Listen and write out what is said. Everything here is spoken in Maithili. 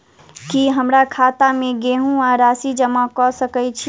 की हमरा खाता मे केहू आ राशि जमा कऽ सकय छई?